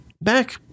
back